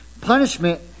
Punishment